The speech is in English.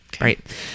right